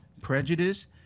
prejudice